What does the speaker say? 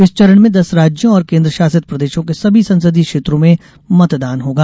इस चरण में दस राज्यों और केंद्र शासित प्रदेशों के सभी संसदीय क्षेत्रों में मतदान होगा